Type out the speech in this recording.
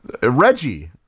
Reggie